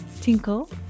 Tinkle